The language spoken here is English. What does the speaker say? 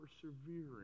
persevering